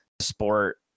sport